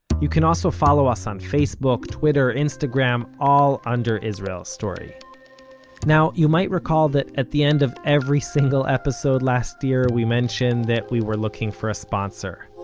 you can also follow us on fb, twitter, instagram, all under israel story now, you might recall that at the end of every single episode last year we mentioned that we were looking for a sponsor.